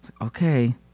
Okay